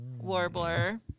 warbler